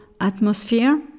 atmosphere